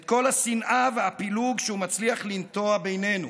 את כל השנאה והפילוג שהוא מצליח לנטוע בינינו.